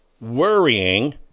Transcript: worrying